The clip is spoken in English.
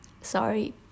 sorry